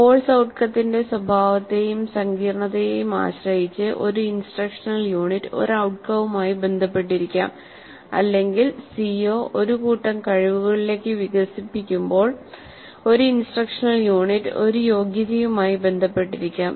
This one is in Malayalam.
കോഴ്സ് ഔട്ട്കത്തിന്റെ സ്വഭാവത്തെയും സങ്കീർണ്ണതയെയും ആശ്രയിച്ച് ഒരു ഇൻസ്ട്രക്ഷൻ യൂണിറ്റ് ഒരു ഔട്ട്കവുമായി ബന്ധപ്പെട്ടിരിക്കാം അല്ലെങ്കിൽ സിഒ ഒരു കൂട്ടം കഴിവുകളിലേക്ക് വികസിപ്പിക്കുമ്പോൾ ഒരു ഇൻസ്ട്രക്ഷണൽ യൂണിറ്റ് ഒരു യോഗ്യതയുമായി ബന്ധപ്പെട്ടിരിക്കാം